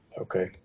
Okay